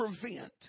prevent